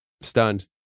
stunned